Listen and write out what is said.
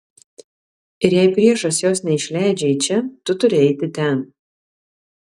ir jei priešas jos neišleidžia į čia tu turi eiti ten